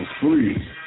free